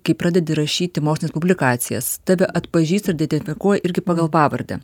kai pradedi rašyti mokslines publikacijas tave atpažįsta ir identifikuoja irgi pagal pavardę